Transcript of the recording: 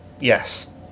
yes